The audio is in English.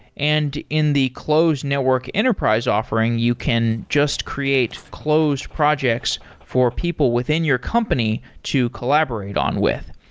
and in the closed network enterprise offering, you can just create closed projects for people within your company to collaborate on with,